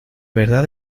verdad